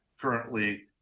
currently